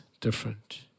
different